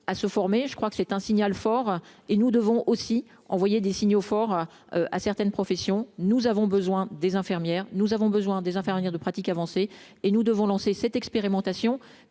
à se former, je crois que c'est un signal fort et nous devons aussi envoyer des signaux forts à certaines professions, nous avons besoin des infirmières, nous avons besoin des infirmières de pratique avancée et nous devons lancer cette expérimentation